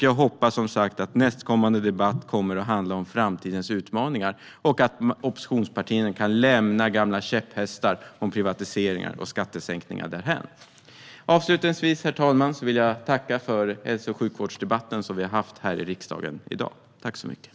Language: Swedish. Jag hoppas att nästkommande debatt kommer att handla om framtidens utmaningar och att oppositionspartierna kan lämna gamla käpphästar om privatiseringar och skattesänkningar därhän. Avslutningsvis, herr talman, vill jag tacka för den hälso och sjukvårdsdebatt som vi har haft här i riksdagen i dag. Tack så mycket!